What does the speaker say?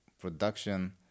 production